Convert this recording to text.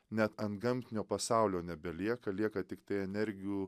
net antgamtinio pasaulio nebelieka lieka tiktai energijų